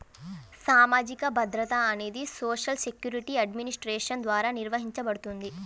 సామాజిక భద్రత అనేది సోషల్ సెక్యూరిటీ అడ్మినిస్ట్రేషన్ ద్వారా నిర్వహించబడుతుంది